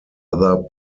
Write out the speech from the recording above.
other